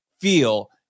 feel